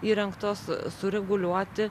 įrengtos sureguliuoti